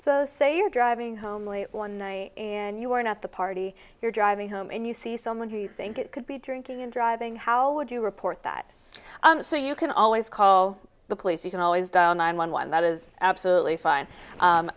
so say you're driving home only one and you aren't at the party you're driving home and you see someone who you think it could be drinking and driving how would you report that so you can always call the police you can always dial nine one one that is absolutely fine